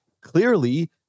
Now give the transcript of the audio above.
clearly